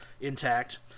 intact